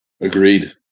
agreed